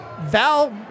val